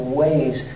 ways